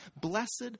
Blessed